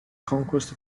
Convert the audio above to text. conquest